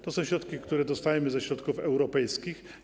To są środki, które dostajemy ze środków europejskich.